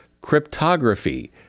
Cryptography